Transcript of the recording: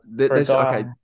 Okay